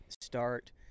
start